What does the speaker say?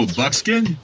buckskin